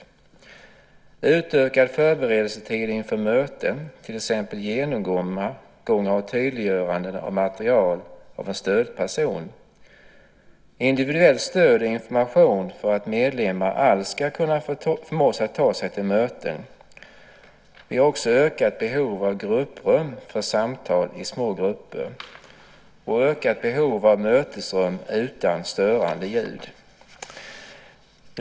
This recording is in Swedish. Vidare kan det handla om utökad förberedelsetid inför möten, till exempel genomgång och tydliggöranden av material av en stödperson, individuellt stöd och information för att medlemmar alls ska kunna förmå sig att ta sig till möten. Det kan också vara ökat behov av grupprum för samtal i små grupper och ökat behov av mötesrum utan störande ljud.